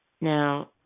Now